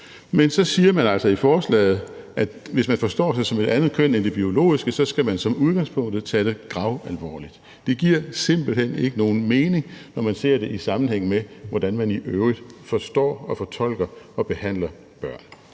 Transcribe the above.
Men så siger man altså i forslaget, at hvis man forstår sig som et andet køn end det biologiske, skal man som udgangspunkt tage det gravalvorligt. Det giver simpelt hen ikke nogen mening, når man ser det i sammenhæng med, hvordan man i øvrigt forstår og fortolker og behandler børn.